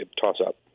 Toss-up